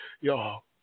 y'all